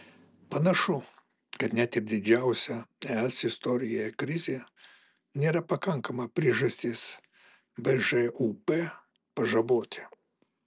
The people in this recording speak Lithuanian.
panašu kad net ir didžiausia es istorijoje krizė nėra pakankama priežastis bžūp pažaboti